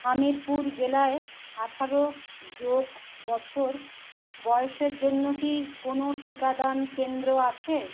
হামিরপুর জেলায় আঠেরো যোগ বছর বয়সের জন্য কি কোনও টিকাদান কেন্দ্র আছে